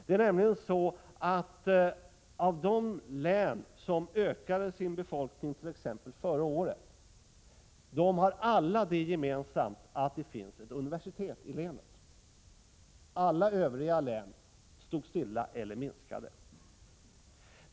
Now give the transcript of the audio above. Det är nämligen så att de län som ökade sin befolkning, t.ex. förra året, har alla det gemensamt att det finns ett universitet i länet: Övriga län stod stilla eller minskade när det gäller invånarantalet.